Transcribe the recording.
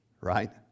Right